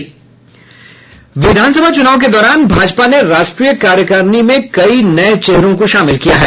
विधानसभा चूनाव के दौरान भाजपा ने राष्ट्रीय कार्यकारिणी में कई नये चेहरों को शामिल किया है